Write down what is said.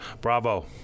bravo